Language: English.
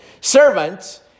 Servants